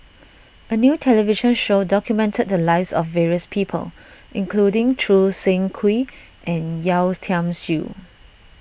a new television show documented the lives of various people including Choo Seng Quee and Yeo Tiam Siew